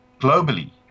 globally